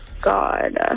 God